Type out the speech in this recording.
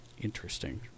Interesting